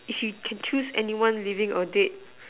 if you can choose anyone living or dead